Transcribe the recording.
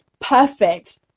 Perfect